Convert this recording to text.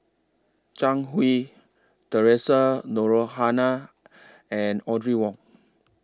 Zhang Hui Theresa Noronha La and Audrey Wong